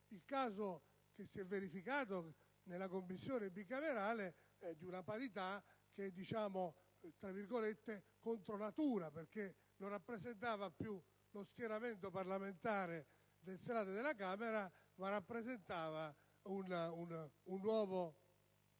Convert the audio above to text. il caso che si è verificato in Commissione bicamerale è di una parità che si potrebbe definire "contro natura", perché non rappresentava più lo schieramento parlamentare del Senato e della Camera, ma un nuovo